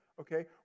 Okay